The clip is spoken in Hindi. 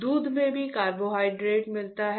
दूध से भी कार्बोहाइड्रेट मिलता है